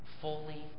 fully